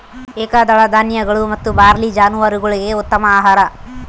ಏಕದಳ ಧಾನ್ಯಗಳು ಮತ್ತು ಬಾರ್ಲಿ ಜಾನುವಾರುಗುಳ್ಗೆ ಉತ್ತಮ ಆಹಾರ